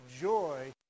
joy